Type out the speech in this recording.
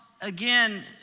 again